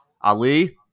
Ali